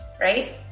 right